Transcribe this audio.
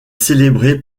célébré